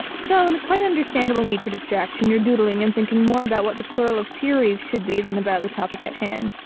so, in a quite understandable need for distraction, you're doodling and thinking more about what the plural of series should be than about the topic at hand.